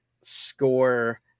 score